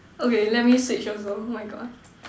okay let me switch over oh my God